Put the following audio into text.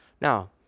Now